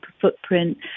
footprint